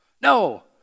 No